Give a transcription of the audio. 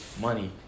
money